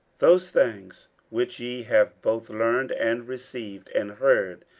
those things, which ye have both learned, and received, and heard,